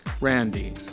Randy